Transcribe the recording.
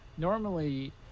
normally